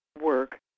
work